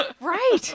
right